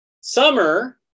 summer